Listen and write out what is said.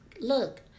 look